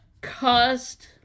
caused